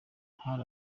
hari